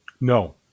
No